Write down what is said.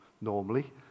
normally